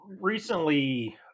recently